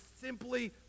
simply